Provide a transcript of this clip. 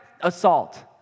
assault